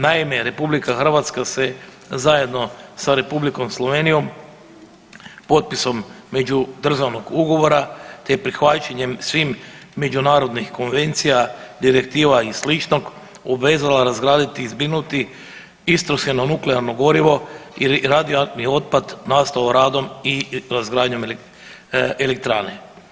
Naime, RH se zajedno sa Republikom Slovenijom potpisom međudržavnog ugovora, te prihvaćanjem svih međunarodnih konvencija, direktiva i sličnog obvezala razgraditi i zbrinuti istrošeno nuklearno gorivo ili radioaktivni otpad nastao radom i razgradnjom elektrane.